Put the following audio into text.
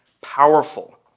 powerful